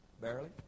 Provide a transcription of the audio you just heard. barely